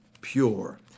pure